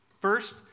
First